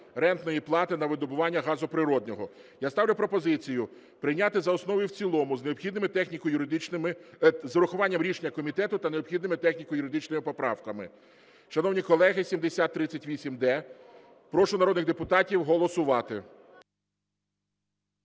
рентної плати на видобування газу природного. Я ставлю пропозицію прийняти за основу і в цілому з урахуванням рішення комітету та необхідними техніко-юридичними поправками. Шановні колеги, 7038-д. Прошу народних депутатів голосувати.